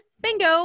Bingo